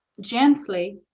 gently